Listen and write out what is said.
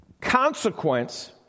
consequence